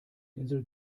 insel